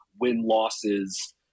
win-losses